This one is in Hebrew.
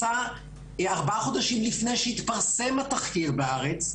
- ארבעה חודשים לפני התחקיר ב"הארץ",